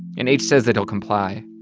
and h says that he'll comply.